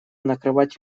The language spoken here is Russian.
накрывать